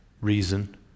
reason